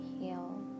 heal